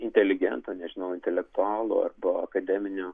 inteligento nežinau intelektualo arba akademinio